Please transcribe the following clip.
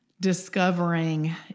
discovering